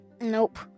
Nope